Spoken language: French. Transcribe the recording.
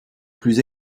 plus